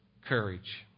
courage